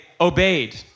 obeyed